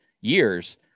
years